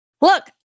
Look